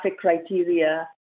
criteria